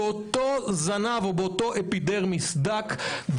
באותו זנב או אפידרמיס דק,